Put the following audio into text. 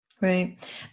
Right